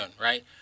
right